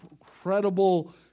incredible